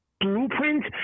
blueprint